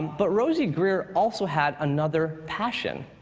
but rosey grier also had another passion.